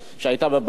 שהיית בבנק העולמי.